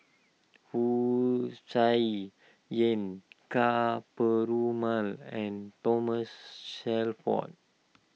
Wu Tsai Yen Ka Perumal and Thomas Shelford